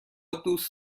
دوست